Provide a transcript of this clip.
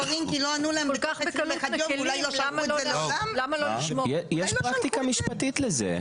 --- תיקח בקלות --- יש פרקטיקה משפטית לזה.